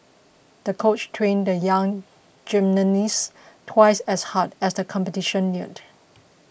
the coach trained the young gymnasts twice as hard as the competition neared